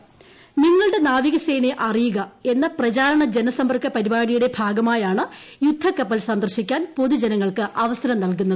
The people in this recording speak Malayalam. നിങ്ങളുടെ നാവികസേനയെ അറിയുക എന്ന പ്രചരണ ജനസമ്പർക്ക പരിപാടിയുടെ ഭാഗമായാണ് യുദ്ധക്കപ്പൽ സന്ദർശിക്കാൻ പൊതുജനങ്ങൾക്ക് അവസരം നൽകുന്നത്